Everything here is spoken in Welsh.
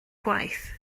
gwaith